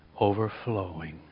overflowing